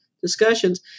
discussions